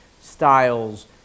styles